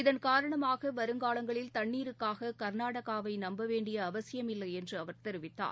இதன் காரணமாக வருங்காலங்களில் தண்ணீருக்காககர்நாடகாவைநம்பவேண்டியஅவசியமில்லைஎன்றுஅவர் தெரிவித்தார்